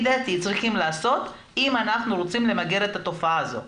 דעתי צריכים לעשות אם אנחנו רוצים למגר את התופעה הזו.